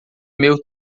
meu